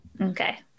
Okay